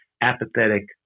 apathetic